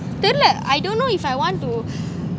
தெரில:therila I don't know if I want to